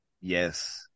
yes